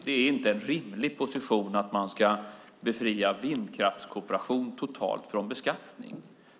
Det är inte en rimlig position att man totalt ska befria vindkraftskooperation från beskattning.